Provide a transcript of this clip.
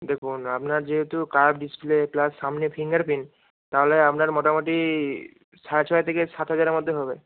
দেখুন আপনার যেহেতু কার্ভ ডিসপ্লে প্লাস সামনে ফিঙ্গার প্রিন্ট তাহলে আপনার মোটামুটি সাড়ে ছয় থেকে সাত হাজারের মধ্যে হবে